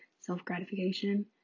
self-gratification